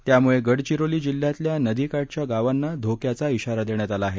त्यामुळे गडचिरोली जिल्ह्यातल्या नदी काठच्या गावांना धोक्याचा इशारादेण्यात आला आहे